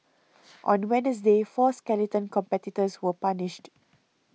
on Wednesday four skeleton competitors were punished